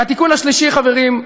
והתיקון השלישי, חברים,